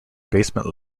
basement